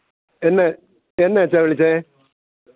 എന്ന എന്നാ അച്ഛാ വിളിച്ചത്